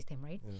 right